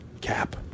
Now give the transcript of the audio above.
Cap